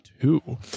two